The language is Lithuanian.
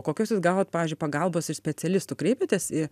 kokios jūs gavot pavyzdžiui pagalbos iš specialistų kreipėtės į